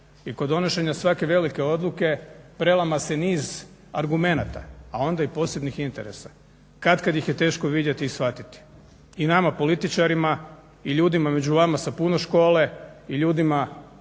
I kod donošenja svake velike odluke prelama se niz argumenata, a onda i posebnih interesa. Katkad ih je teško vidjeti i shvatiti. I nama političarima i ljudima među vama sa puno škole i ljudima